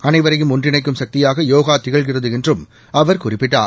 அனைவரையும் ஒன்றிணைக்கும் சக்தியாக யோகா திகழ்கிறது என்றும் அவர் குறிப்பிட்டார்